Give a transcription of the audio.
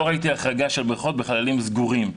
לא ראיתי החרגה של בריכות בחללים סגורים.